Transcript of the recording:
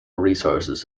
resources